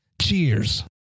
Cheers